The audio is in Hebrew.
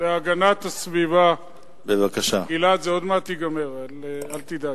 להגנת הסביבה, גלעד, זה עוד מעט ייגמר, אל תדאג.